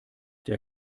der